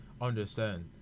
understand